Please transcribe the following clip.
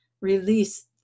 release